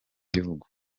w’igihugu